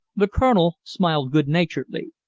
the colonel smiled good-naturedly.